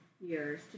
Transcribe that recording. years